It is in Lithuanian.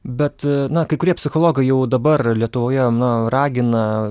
bet na kai kurie psichologai jau dabar lietuvoje na ragina